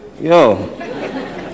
yo